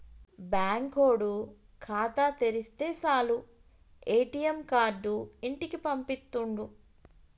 బాంకోడు ఖాతా తెరిస్తె సాలు ఏ.టి.ఎమ్ కార్డు ఇంటికి పంపిత్తుండు